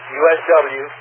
usw